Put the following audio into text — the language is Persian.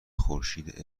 خورشید